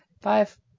five